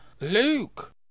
Luke